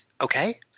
okay